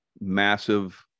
massive